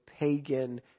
pagan